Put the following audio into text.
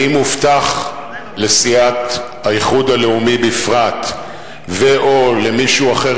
האם הובטחה לסיעת האיחוד הלאומי בפרט ו/או למישהו אחר